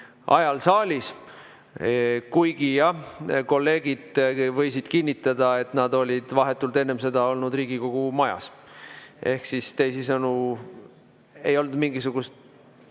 ajal saalis, kuigi jah, kolleegid võisid kinnitada, et nad olid vahetult enne seda olnud Riigikogu majas. Ehk teisisõnu, ei olnud meile